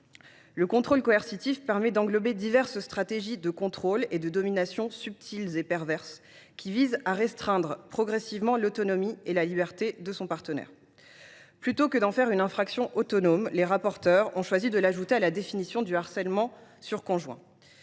Le « contrôle coercitif » définit diverses stratégies de contrôle et de domination subtiles et perverses qui visent à restreindre progressivement l’autonomie et la liberté de son partenaire. Plutôt que d’en faire une infraction autonome, les rapporteures ont choisi d’intégrer les faits et comportements s’apparentant